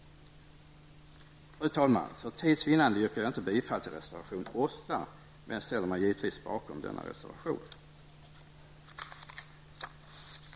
Fru talman! För tids vinnande yrkar jag inte bifall till reservation 8 men ställer mig givetvis bakom denna reservation.